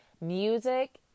Music